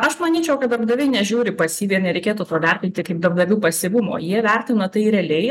aš manyčiau kad darbdaviai nežiūri pasyviai ir nereikėtų to vertinti kaip darbdavių pasyvumo jie vertina tai realiai